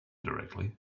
directly